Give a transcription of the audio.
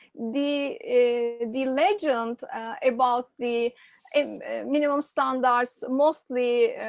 the the legend about the minimum standards mostly